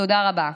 תודה רבה.